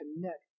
connect